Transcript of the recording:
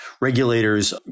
regulators